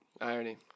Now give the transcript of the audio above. Irony